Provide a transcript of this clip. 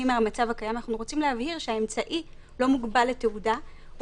מהמצב הקיים שהאמצעי לא מוגבל לתעודה.